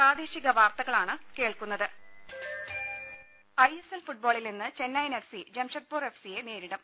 രദേശ I S L ഫുട്ബോളിൽ ഇന്ന് Chennaiyin F C Jamshedpur F സിയെ നേരിടും